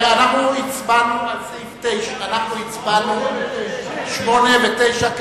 אנחנו הצבענו על סעיפים 8 ו-9,